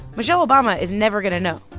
michelle obama is never going to know.